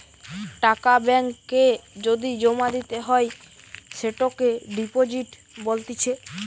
টাকা ব্যাঙ্ক এ যদি জমা দিতে হয় সেটোকে ডিপোজিট বলতিছে